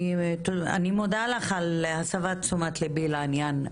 אני מודה לך על הסבת תשומת ליבי לענין,